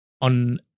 On